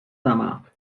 dama